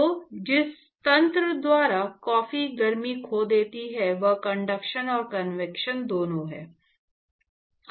तो जिस तंत्र द्वारा कॉफी गर्मी खो देती है वह कंडक्शन और कन्वेक्शन दोनों है